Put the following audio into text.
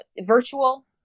virtual